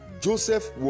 Joseph